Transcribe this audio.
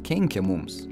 kenkia mums